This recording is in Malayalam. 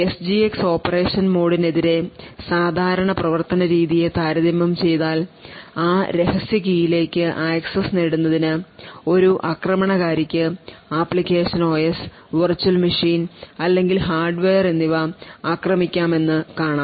എസ്ജിഎക്സ് ഓപ്പറേഷൻ മോഡിനെതിരെ സാധാരണ പ്രവർത്തന രീതിയെ താരതമ്യം ചെയ്താൽ ആ രഹസ്യ കീയിലേക്ക് ആക്സസ് നേടുന്നതിന് ഒരു ആക്രമണകാരിക്ക് ആപ്ലിക്കേഷൻ ഒഎസ് വെർച്വൽ മെഷീൻ അല്ലെങ്കിൽ ഹാർഡ്വെയർ എന്നിവ ആക്രമിക്കാമെന്ന് കാണാം